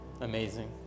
amazing